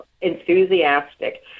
enthusiastic